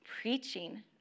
preaching